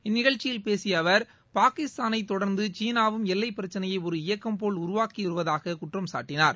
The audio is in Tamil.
இந்நிகழ்ச்சியில் பேசிய அவர் பாகிஸ்தானை தொடர்ந்து சீனாவும் எல்லை பிரச்சினையை ஒரு இயக்கம் போல் உருவாக்கி வருவதாக குற்றம்சாட்டினார்